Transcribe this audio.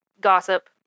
gossip